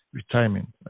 retirement